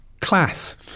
class